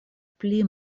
pli